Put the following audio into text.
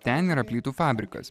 ten yra plytų fabrikas